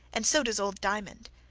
and so does old diamond.